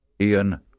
Ian